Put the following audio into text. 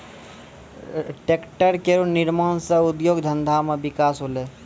tractor केरो निर्माण सँ उद्योग धंधा मे बिकास होलै